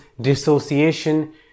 dissociation